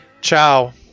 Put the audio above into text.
Ciao